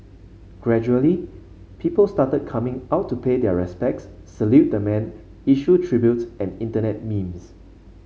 gradually people started coming out to pay their respects salute the man issue tributes and Internet memes